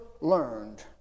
learned